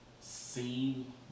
seen